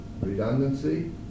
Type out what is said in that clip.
redundancy